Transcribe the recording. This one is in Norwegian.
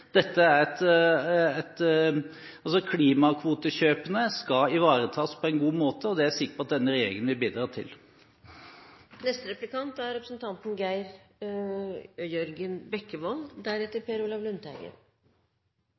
dette. Vi vet at flere andre partier også ønsker å kutte i klimakvotekjøpet gjennom sine alternative budsjetter. Klimakvotekjøpene skal ivaretas på en god måte, og det er jeg sikker på at denne regjeringen vil bidra